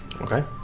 Okay